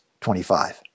25